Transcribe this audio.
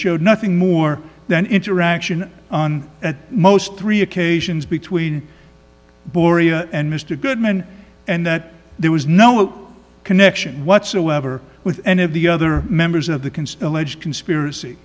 showed nothing more than interaction on at most three occasions between boria and mr goodman and that there was no connection whatsoever with any of the other members of the can still edge conspiracy